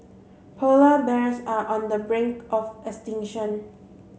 polar bears are on the brink of extinction